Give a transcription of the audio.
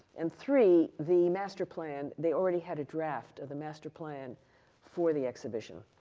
and three, the master plan. they already had a draft of the master plan for the exhibition.